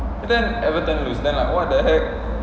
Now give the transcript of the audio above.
and then everton lose then I what the heck